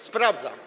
Sprawdzam.